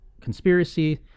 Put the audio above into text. conspiracy